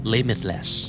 Limitless